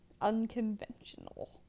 unconventional